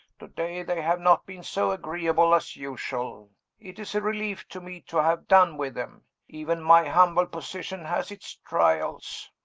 to-day, they have not been so agreeable as usual it is a relief to me to have done with them. even my humble position has its trials.